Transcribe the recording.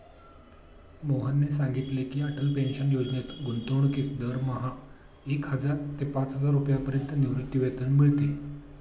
मोहनने सांगितले की, अटल पेन्शन योजनेत गुंतवणूकीस दरमहा एक हजार ते पाचहजार रुपयांपर्यंत निवृत्तीवेतन मिळते